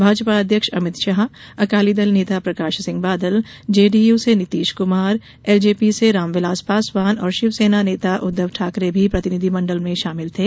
भाजपा अध्यक्ष अमित शाह अकाली दल नेता प्रकाश सिंह बादल जेडीयू से नीतीश कुमार एलजेपी के राम विलास पासवान और शिवसेना नेता उद्धव ठाकरे भी प्रतिनिधिमंडल में थे